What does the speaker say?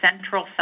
Central